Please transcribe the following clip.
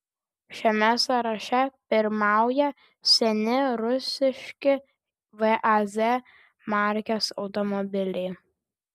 šiame sąraše pirmauja seni rusiški vaz markės automobiliai